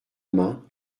main